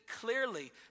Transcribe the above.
clearly